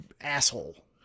asshole